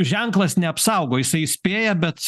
ženklas neapsaugo jisai įspėja bet